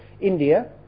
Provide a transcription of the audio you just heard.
India